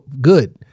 good